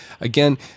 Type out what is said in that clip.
again